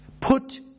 Put